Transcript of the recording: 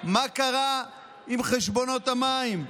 מה קרה עם חשבונות המים?